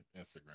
Instagram